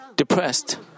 depressed